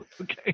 okay